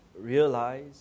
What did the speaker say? realize